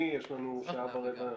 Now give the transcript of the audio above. שלום לכם,